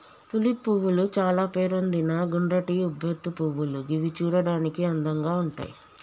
tulip పువ్వులు చాల పేరొందిన గుండ్రటి ఉబ్బెత్తు పువ్వులు గివి చూడడానికి అందంగా ఉంటయ్